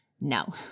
No